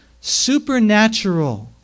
Supernatural